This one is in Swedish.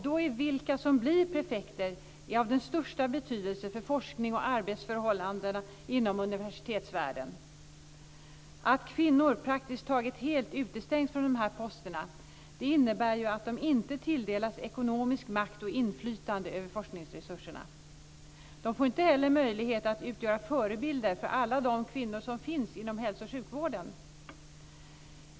Då är vilka som blir prefekter av största betydelse för forskning och arbetsförhållanden inom universitetsvärlden. Att kvinnor praktiskt taget helt utestängs från de här posterna innebär att de inte tilldelas ekonomisk makt och ekonomiskt inflytande över forskningsresurserna. De får inte heller möjlighet att utgöra förebilder för alla de kvinnor som finns inom hälso och sjukvården.